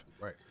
Right